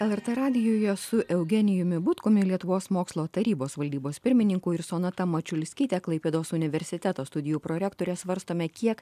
lrt radijuje su eugenijumi butkumi lietuvos mokslo tarybos valdybos pirmininku ir sonata mačiulskytė klaipėdos universiteto studijų prorektore svarstome kiek